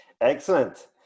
excellent